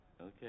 Okay